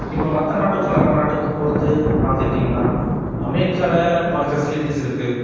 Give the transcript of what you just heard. இப்போ மற்ற நாட்டுக்கும் நம்ம நாட்டுக்கும் பொருத்து பார்த்துக்கிட்டிங்னா அமெரிக்காவில் பல ஃபெசிலிட்டீஸ் இருக்குது